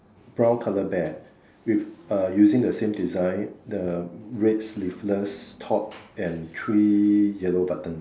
brown color bear with uh using the same design the red sleeveless top and three yellow button